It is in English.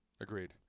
Agreed